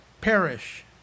perish